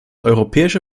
europäische